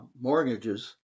mortgages